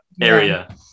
area